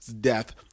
death